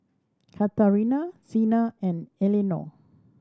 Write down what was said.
Katharina Xena and Elenore